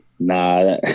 Nah